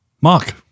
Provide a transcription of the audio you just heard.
Mark